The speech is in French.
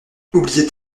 oubliait